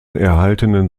erhaltenen